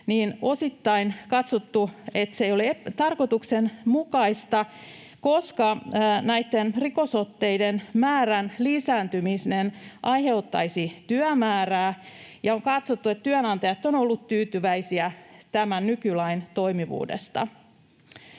osittain katsottu, että se ei ole tarkoituksenmukaista, koska näitten rikosotteiden määrän lisääntyminen lisäisi työmäärää, ja on katsottu, että työnantajat ovat olleet tyytyväisiä tämän nykylain toimivuuteen